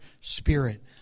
spirit